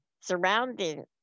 surrounding